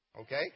Okay